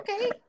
okay